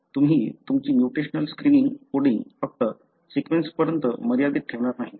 तुम्ही तुमची mutational screening coding फक्त सीक्वेन्स पर्यंत मर्यादित ठेवणार नाही